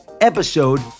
episode